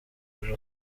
gusa